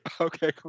okay